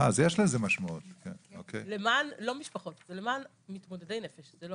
זה למען מתמודדי נפש.